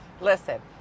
Listen